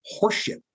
horseshit